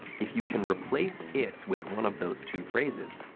if you can replace it's with one of those two phrases,